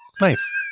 Nice